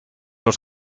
los